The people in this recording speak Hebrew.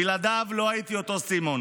בלעדיו לא הייתי אותו סימון,